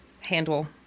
handle